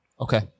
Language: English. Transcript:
Okay